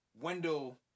Wendell